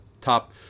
top